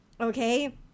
okay